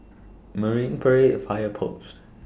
Marine Parade Fire Post